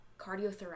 cardiothoracic